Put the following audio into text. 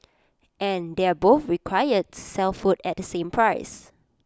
and they're both required to sell food at the same price